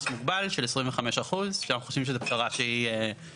מוגבל שיעמוד על 25% ואנחנו חושבים שמדובר בפשרה הוגנת.